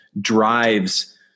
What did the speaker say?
drives